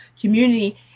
community